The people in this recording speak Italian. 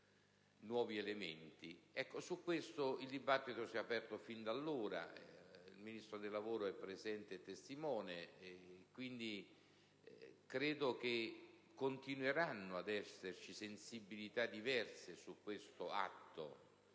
riguardo il dibattito si è aperto sin da allora - il Ministro del lavoro è presente e ne è testimone - quindi credo che continueranno a coesistere sensibilità diverse su questo atto.